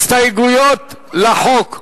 הסתייגויות לחוק.